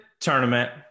tournament